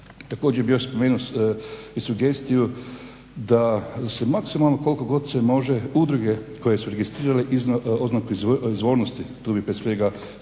Također bih još spomenuo i sugestiju da se maksimalno koliko god se može udruge koje su registrirale oznaku izvornosti, tu bih prije svega spomenuo